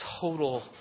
Total